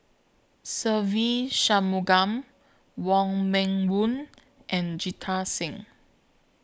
Se Ve Shanmugam Wong Meng Voon and Jita Singh